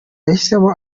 yahisemo